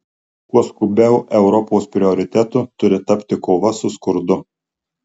kuo skubiau europos prioritetu turi tapti kova su skurdu